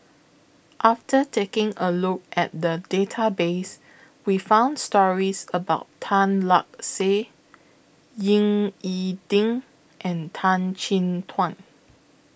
after taking A Look At The Database We found stories about Tan Lark Sye Ying E Ding and Tan Chin Tuan